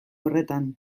horretan